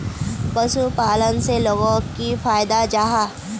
पशुपालन से लोगोक की फायदा जाहा?